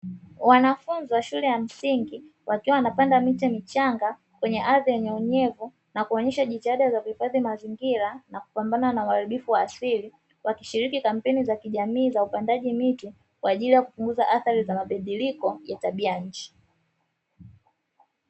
Wanafunzi wa shule ya msingi wakiwa wanapanda miche michanga kwenye ya ardhi ya unyevu na kuonesha jitihada za kuhifadhi mazingira na kupambana na uharibifu wa asili, wakishiri kampeni za kijamii za upandaji miti kwa ajili ya kupunguza athari za mabadiliko ya tabia ya nchi.